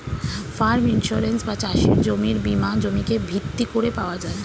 farm insurance বা চাষের জমির বীমা জমিকে ভিত্তি করে পাওয়া যায়